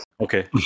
okay